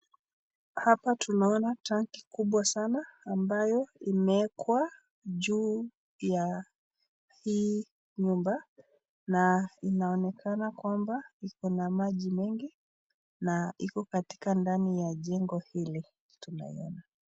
Hapa tunaona tangi kubwa sana ambayo imewekwa juu ya hii nyumba, na inaonekana kwamba iko na maji mengi, na iko katika ndani ya jengo hili tunaiona.